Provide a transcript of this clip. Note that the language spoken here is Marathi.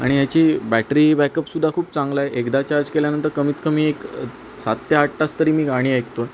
आणि याची बॅटरी बॅकअपसुद्धा खूप चांगलं आहे एकदा चार्ज केल्यानंतर कमीतकमी एक सात ते आठ तास तरी मी गाणी ऐकतो